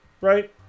right